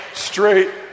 Straight